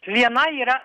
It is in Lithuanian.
viena yra